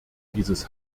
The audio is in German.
dieses